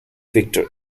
victor